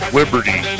liberty